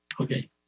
Okay